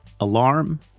Alarm